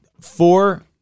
Four